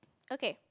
okay